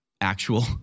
actual